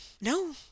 no